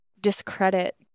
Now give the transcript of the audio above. discredit